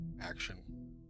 action